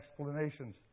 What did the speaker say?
explanations